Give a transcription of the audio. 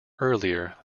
earlier